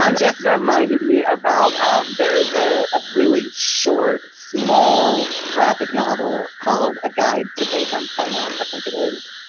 um just ah reminded me about um there is ah a really short, small graphic novel called a guide to they them pronounces, i think it is.